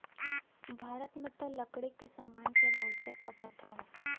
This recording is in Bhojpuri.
भारत में त लकड़ी के सामान क बहुते खपत हौ